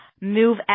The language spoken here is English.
move